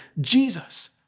Jesus